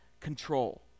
control